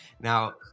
Now